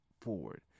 forward